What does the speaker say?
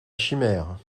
chimère